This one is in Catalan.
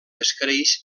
escreix